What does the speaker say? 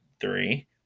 three